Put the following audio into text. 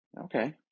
Okay